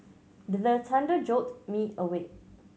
the thunder jolt me awake